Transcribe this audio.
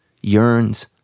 yearns